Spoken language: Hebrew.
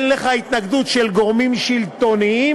אין לך התנגדות של גורמים שלטוניים.